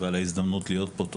תודה על ההזדמנות להיות כאן.